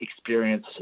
experience